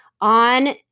on